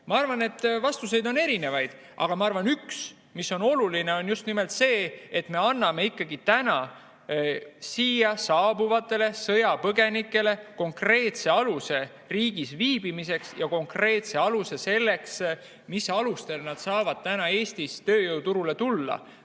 Ma arvan, et vastuseid on erinevaid, aga üks, mis on oluline, on just nimelt see, et me anname täna siia saabuvatele sõjapõgenikele konkreetse aluse riigis viibimiseks ja konkreetse aluse selleks, mis alustel nad saavad täna Eestis tööjõuturule tulla.